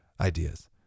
ideas